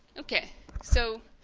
ok so